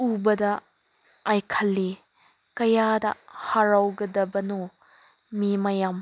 ꯎꯕꯗ ꯑꯩ ꯈꯜꯂꯤ ꯀꯌꯥꯗ ꯍꯔꯥꯎꯒꯗꯕꯅꯣ ꯃꯤ ꯃꯌꯥꯝ